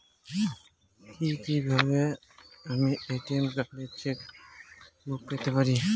কি কিভাবে আমি এ.টি.এম কার্ড ও চেক বুক পেতে পারি?